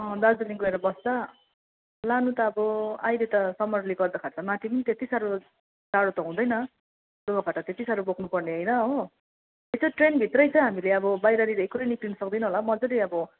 अँ दार्जिलिङ गएर बस्दा लानु त अब अहिले त समरले गर्दाखेरि त माथि पनि त्यति साह्रो जाडो त हुँदैन लुगाफाटा त्यति साह्रो बोक्नु पर्ने होइन हो यसो ट्रेनभित्रै चाहिँ हामीले अब बाहिर एकोहोरै निस्किनु सक्दिनँ होला मज्जाले अब